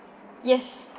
yes